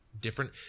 Different